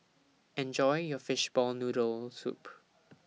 Enjoy your Fishball Noodle Soup